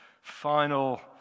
final